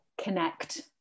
connect